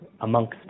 amongst